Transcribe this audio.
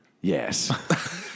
Yes